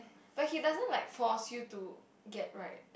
but he doesn't like force you to get right